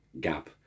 gap